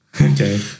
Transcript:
Okay